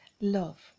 Love